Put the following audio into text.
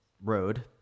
road